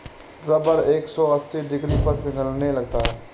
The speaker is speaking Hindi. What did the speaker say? रबर एक सौ अस्सी डिग्री पर पिघलने लगता है